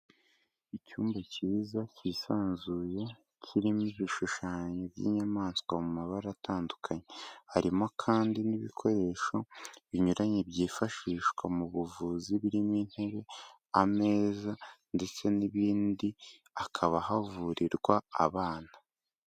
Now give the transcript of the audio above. Icyumba cyiza kisanzuye, kirimo ibishushanyo by'inyamaswa mu mabara atandukanye, harimo kandi n'ibikoresho binyuranye byifashishwa mu buvuzi birimo intebe, ameza ndetse n'ibindi, hakaba havurirwa abana.